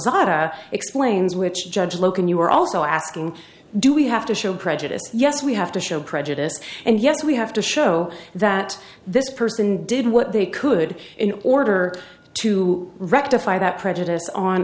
a explains which judge loken you are also asking do we have to show prejudice yes we have to show prejudice and yes we have to show that this person did what they could in order to rectify that prejudice on